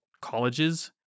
colleges